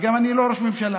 וגם אני לא ראש ממשלה,